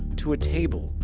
to a table,